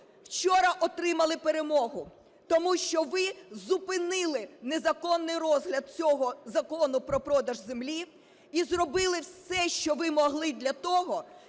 вчора отримали перемогу, тому що ви зупинили незаконний розгляд цього Закону про продаж землі і зробили все, що ви могли для того,